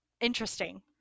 interesting